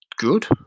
good